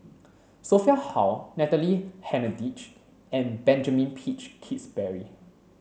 Sophia Hull Natalie Hennedige and Benjamin Peach Keasberry